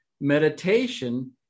Meditation